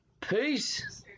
Peace